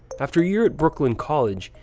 after a year at brooklyn college,